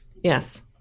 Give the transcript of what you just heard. Yes